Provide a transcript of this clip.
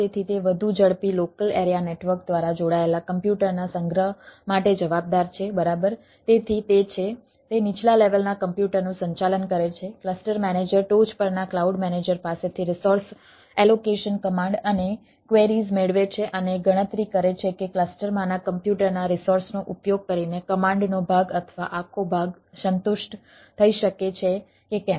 તેથી તે વધુ ઝડપી લોકલ એરિયા નેટવર્ક મેળવે છે અને ગણતરી કરે છે કે ક્લસ્ટરમાંના કોમ્પ્યુટરના રિસોર્સનો ઉપયોગ કરીને કમાન્ડનો ભાગ અથવા આખો ભાગ સંતુષ્ટ થઈ શકે છે કે કેમ